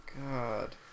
God